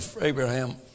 Abraham